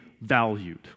valued